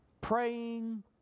praying